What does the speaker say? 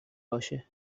باشه